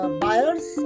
buyers